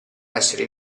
essere